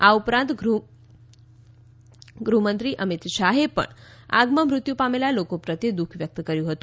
આ ઉપરાંત ગૃહમંત્રી અમિત શાહે પણ દુર્ઘટનામાં મૃત્યુ પામનાર લોકો પ્રત્યે દુઃખ વ્યક્ત કર્યું છે